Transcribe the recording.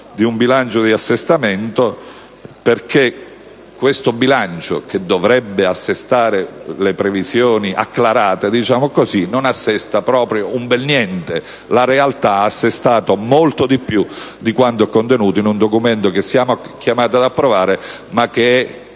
di un bilancio di assestamento, perché questo bilancio, che dovrebbe assestare le previsioni acclarate, non assesta proprio un bel niente. La realtà ha assestato molto di più di quanto è contenuto in un documento che siamo chiamati ad approvare, ma che è